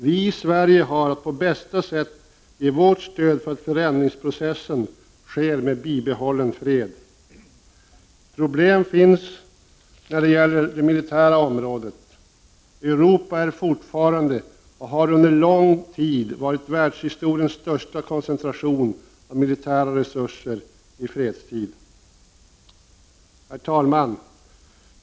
Vi i Sverige har att på bästa sätt ge vårt stöd för att förändringsprocessen sker med bibehållen fred. Problem finns när det gäller det militära området. Europa har fortfarande och har under lång tid haft världshistoriens största koncentration av militära resurser i fredstid. Herr talman!